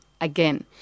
again